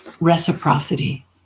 Reciprocity